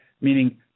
meaning